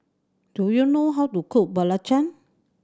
do you know how to cook belacan